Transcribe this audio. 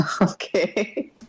okay